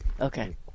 Okay